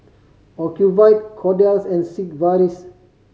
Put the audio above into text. Ocuvite Kordel's and Sigvaris